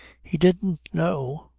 he didn't know.